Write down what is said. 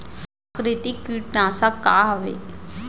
प्राकृतिक कीटनाशक का हवे?